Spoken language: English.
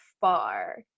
far